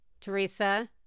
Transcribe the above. Teresa